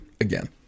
again